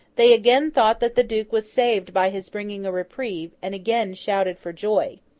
they again thought that the duke was saved by his bringing a reprieve, and again shouted for joy.